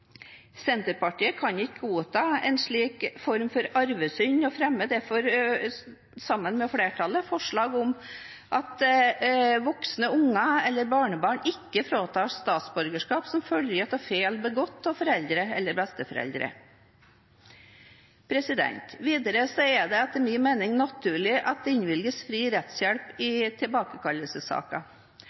Senterpartiet kan ikke godta en slik form for arvesynd og fremmer derfor sammen med flertallet forslag om at barn og barnebarn ikke fratas statsborgerskap som følge av feil begått av foreldre eller besteforeldre. Videre er det etter min mening naturlig at det innvilges fri rettshjelp i